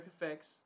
effects